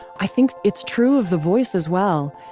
i think it's true of the voice as well.